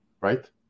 right